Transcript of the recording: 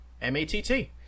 M-A-T-T